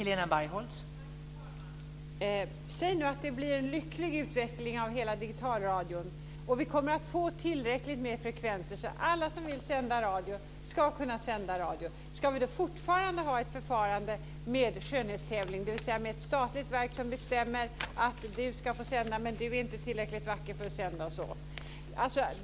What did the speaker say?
Fru talman! Säg nu att det blir en lycklig utveckling av hela digitalradion och att vi kommer att få tillräckligt med frekvenser så att alla som vill sända radio ska kunna sända radio. Ska vi då fortfarande ha ett förfarande med skönhetstävling, dvs. med ett statligt verk som bestämmer att du ska få sända, men du är inte tillräckligt vacker för att sända?